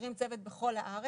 מכשירים צוות בכל הארץ.